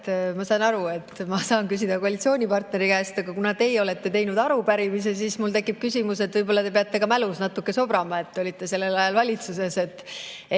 ma saan aru, et ma saan küsida koalitsioonipartneri käest, aga kuna teie olete teinud arupärimise, siis mul tekib küsimus, et võib-olla peate ka teie mälus natuke sobrama, te olite sel ajal valitsuses.